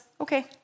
okay